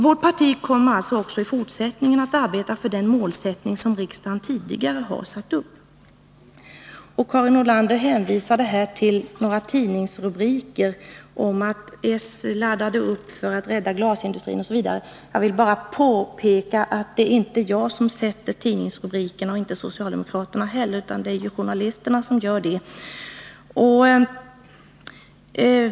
Vårt parti kommer således även i fortsättningen arbeta för den målsättning som riksdagen tidigare har satt upp. Karin Nordlander hänvisade till några tidningsrubriker om att socialdemokratin laddar upp för att rädda glasindustrin osv. Jag vill bara påpeka att det inte är jag eller andra socialdemokrater som sätter tidningsrubrikerna, utan det gör journalister.